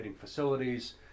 facilities